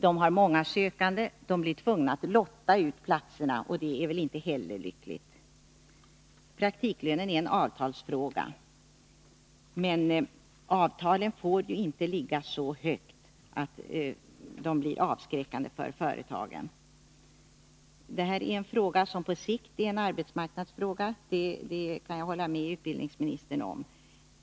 De har många sökande och blir tvungna att lotta ut platserna, och det är väl inte heller lyckligt. Praktiklönen är en avtalsfråga, men avtalen får inte ligga så högt att lönen blir avskräckande för företagen. Den här frågan är på sikt en arbetsmarknadsfråga — det kan jag hålla med utbildningsministern om.